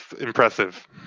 impressive